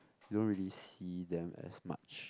you don't really see them as much